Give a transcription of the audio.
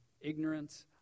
ignorance